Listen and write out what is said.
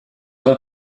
ont